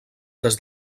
des